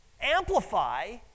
amplify